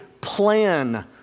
plan